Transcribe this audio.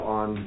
on